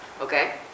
Okay